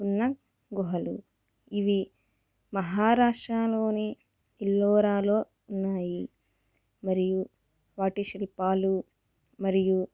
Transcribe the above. ఉన్న గుహలు ఇవి మహారాష్ట్రలోని ఎల్లోరాలో ఉన్నాయి మరియు వాటి శిల్పాలు మరియు